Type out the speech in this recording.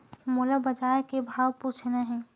मोला बजार के भाव पूछना हे?